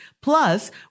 plus